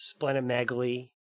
splenomegaly